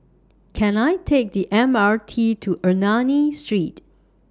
Can I Take The M R T to Ernani Street